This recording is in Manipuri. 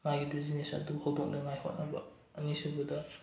ꯃꯥꯒꯤ ꯕꯤꯖꯤꯅꯦꯁ ꯑꯗꯨ ꯍꯧꯗꯣꯛꯅꯉꯥꯏ ꯍꯣꯠꯅꯕ ꯑꯅꯤꯁꯨꯕꯗ